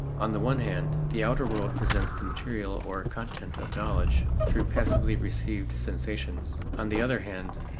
on the one hand, the outer world presents the material or content of knowledge through passively received sensations. on the other hand,